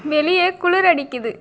வெளியே குளிரடிக்குது